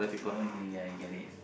okay ya I get it